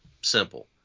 Simple